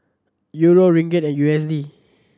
Euro Ringgit and U S D